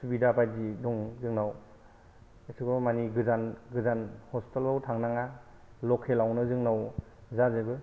सुबिदा बायदि दं जोंनाव एथ'ग्राब मानि गोजां गोजान हस्पितालाव थांनाङा लकेलावनो जोंनाय जाजोबो